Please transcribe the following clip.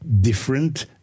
different